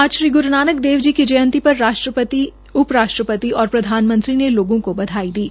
आज श्री ग्रू नानक देव जी की जयंती पर राष्ट्रपति उप राष्ट्रपति और प्रधानमंत्री ने लोगों को बधाई दी है